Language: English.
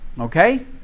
Okay